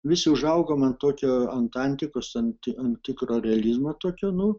visi užaugom ant tokio ant antikos ant ant tikro realizmo tokio nu